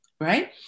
right